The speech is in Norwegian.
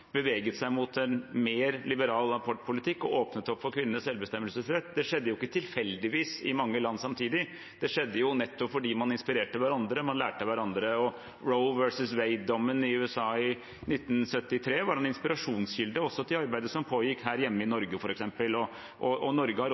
beveget seg mot en mer liberal abortpolitikk og åpnet opp for kvinners selvbestemmelsesrett. Det skjedde jo ikke tilfeldigvis i mange land samtidig, det skjedde nettopp fordi man inspirerte hverandre, man lærte av hverandre. «Roe versus Wade»-dommen i USA i 1973, f.eks., var en inspirasjonskilde også til arbeidet som pågikk her hjemme i Norge.